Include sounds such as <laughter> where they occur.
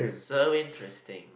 so interesting <noise>